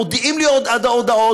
מודיעים לי הודעות,